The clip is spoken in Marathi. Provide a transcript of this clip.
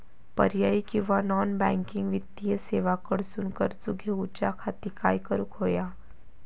पर्यायी किंवा नॉन बँकिंग वित्तीय सेवा कडसून कर्ज घेऊच्या खाती काय करुक होया?